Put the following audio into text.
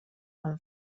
amb